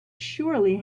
surely